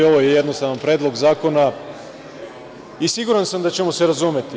Ovo je jednostavan predlog zakona i siguran sam da ćemo se razumeti.